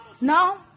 Now